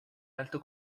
alto